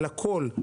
על הכול,